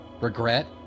regret